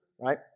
right